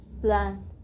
plan